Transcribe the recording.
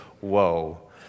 woe